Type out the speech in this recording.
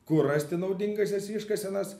kur rasti naudingąsias iškasenas